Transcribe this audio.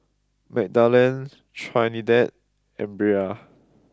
Magdalen Trinidad and Brea